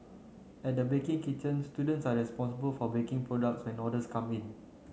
at the baking kitchen students are responsible for baking products when orders come in